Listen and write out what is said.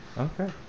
Okay